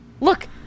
Look